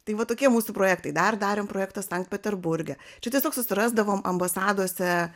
tai va tokie mūsų projektai dar darėm projektą sankt peterburge čia tiesiog susirasdavom ambasadose